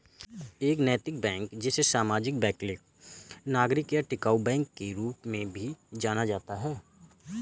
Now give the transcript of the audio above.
एक नैतिक बैंक जिसे सामाजिक वैकल्पिक नागरिक या टिकाऊ बैंक के रूप में भी जाना जाता है